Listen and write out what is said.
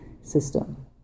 system